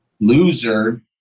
loser